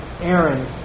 Aaron